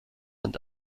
and